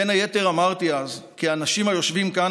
בין היתר אמרתי אז כי האנשים היושבים כאן